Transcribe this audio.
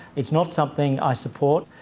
it's not something i support.